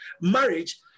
marriage